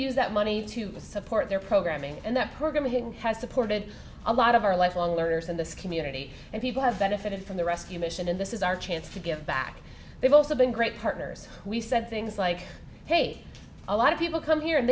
use that money to support their programming and that program again has supported a lot of our lifelong learners in this community and people have benefited from the rescue mission and this is our chance to give back they've also been great partners we said things like hey a lot of people come here and